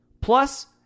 Plus